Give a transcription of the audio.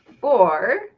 four